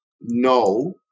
no